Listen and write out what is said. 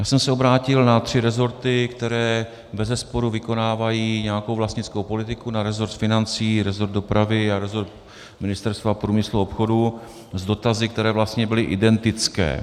Já jsem se obrátil na tři resorty, které bezesporu vykonávají nějakou vlastnickou politiku, na resort financí, resort dopravy a resort Ministerstva průmyslu a obchodu, s dotazy, které vlastně byly identické.